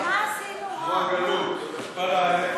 דמוקרטיה,